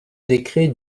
décret